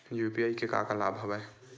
UPI के का का लाभ हवय?